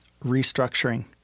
restructuring